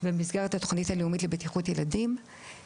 ובמסגרת התוכנית הלאומית לבטיחות ילדים.